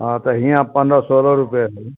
हँ तऽ हियाँ पंद्रह सोलह रूपये हय